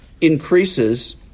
increases